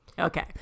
Okay